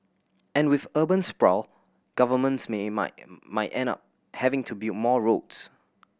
and with urban sprawl governments may might might end up having to build more roads